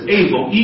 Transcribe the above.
able